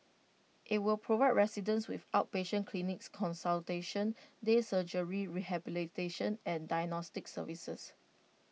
IT will provide residents with outpatient clinics consultation day surgery rehabilitation and diagnostic services